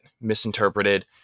misinterpreted